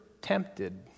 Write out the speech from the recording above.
tempted